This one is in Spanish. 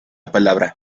palabra